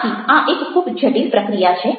આથીઆ એક ખૂબ જટિલ પ્રક્રિયા છે